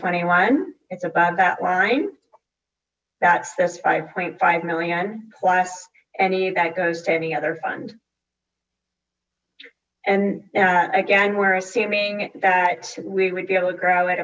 twenty one it's above that line that's this five point five million plus any that goes to any other fund and again we're assuming that we would be able to grow at